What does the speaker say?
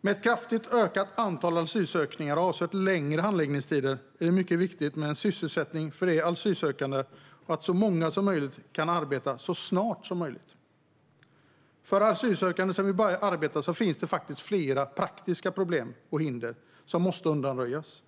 Med ett kraftigt ökat antal asylansökningar och avsevärt längre handläggningstider är det mycket viktigt med sysselsättning för asylsökande och att så många som möjligt kan arbeta så snart som möjligt. För asylsökande som vill börja arbeta finns det flera praktiska problem och hinder som måste undanröjas.